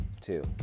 Two